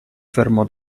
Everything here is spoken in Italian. fermò